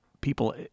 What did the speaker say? people